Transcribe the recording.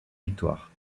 victoire